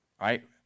right